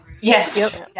Yes